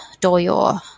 doyor